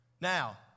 Now